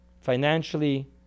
financially